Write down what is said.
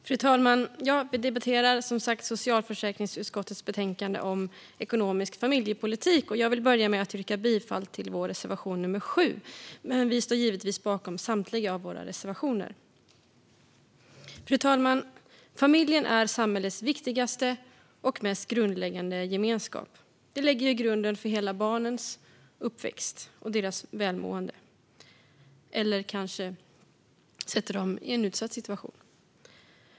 Fru talman! Vi debatterar nu socialförsäkringsutskottets betänkande om ekonomisk familjepolitik. Jag vill börja med att yrka bifall till vår reservation nr 7, men vi står givetvis bakom samtliga våra reservationer. Fru talman! Familjen är samhällets viktigaste och mest grundläggande gemenskap. Den lägger hela grunden för barnens uppväxt och deras välmående, eller så sätter den dem kanske i en utsatt situation.